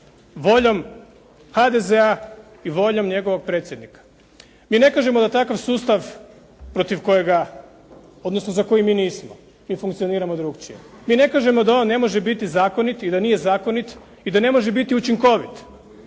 voljom HDZ-a i voljom njegovog predsjednika. Mi ne kažemo da takav sustav protiv kojega odnosno za koji mi nismo i funkcioniramo drukčije, mi ne kažem da on ne može biti zakonit i da nije zakonit i da ne može biti učinkovit.